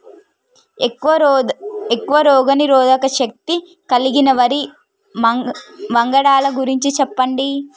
ఎక్కువ రోగనిరోధక శక్తి కలిగిన వరి వంగడాల గురించి చెప్పండి?